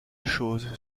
chose